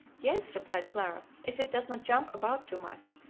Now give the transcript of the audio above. yes, replied clara, if it does not jump about too much.